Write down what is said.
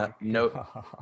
no